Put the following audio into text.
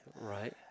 Right